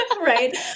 Right